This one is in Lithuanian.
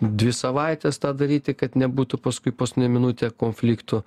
dvi savaites tą daryti kad nebūtų paskui paskutinę minutę konfliktų